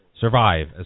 survive